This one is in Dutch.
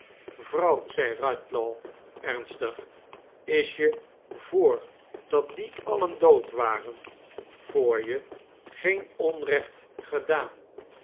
zei redla v onnstig lf is je voor dat die alien dood waren voor je geen onrecht gedaan